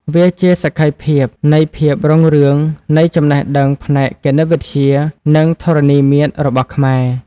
វាជាសក្ខីភាពនៃភាពរុងរឿងនៃចំណេះដឹងផ្នែកគណិតវិទ្យា និងធរណីមាត្ររបស់ខ្មែរ។